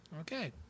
Okay